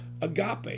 agape